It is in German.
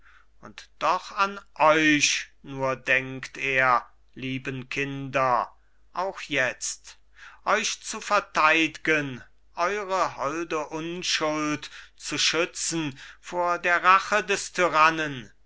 und doch an euch nur denkt er lieben kinder auch jetzt euch zu verteid'gen eure holde unschuld zu schützen vor der rache des tyrannen